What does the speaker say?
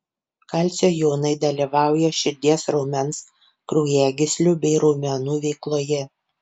kalcio jonai dalyvauja širdies raumens kraujagyslių bei raumenų veikloje